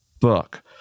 book